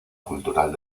cultural